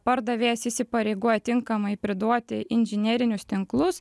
pardavėjas įsipareigoja tinkamai priduoti inžinerinius tinklus